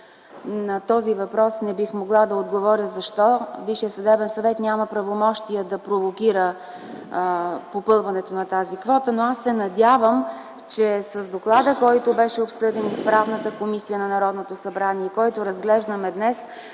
на този въпрос. Не бих могла да отговоря защо Висшият съдебен съвет няма правомощия да провокира попълването на тази квота, но аз се надявам, че с доклада, който беше обсъден в Комисията по правни въпроси на Народното събрание и който разглеждаме днес,